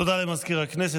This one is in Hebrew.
תודה למזכיר הכנסת.